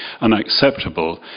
unacceptable